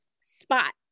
spot